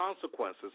consequences